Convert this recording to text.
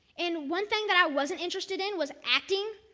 and one thing that i wasn't interested in was acting,